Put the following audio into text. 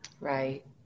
Right